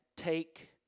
Take